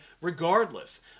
regardless